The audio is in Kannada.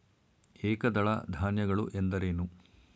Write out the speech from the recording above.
ಏಕದಳ ಧಾನ್ಯಗಳು ಎಂದರೇನು?